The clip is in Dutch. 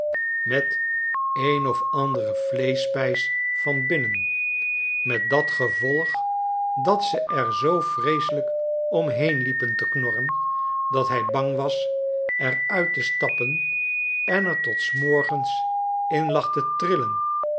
met een of andere vleeschspijs van binnen met dat gevolg dat ze r zoo vreeselijk omheen liepen te knorren dat hij bang was er uit te stappen en er tot s morgens in lag te trillen